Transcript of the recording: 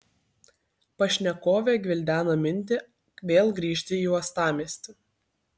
pašnekovė gvildena mintį vėl grįžti į uostamiestį